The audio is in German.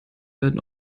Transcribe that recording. werden